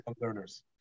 learners